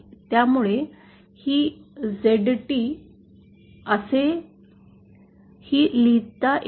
त्यामुळे ही ZT ही असे लिहिता येते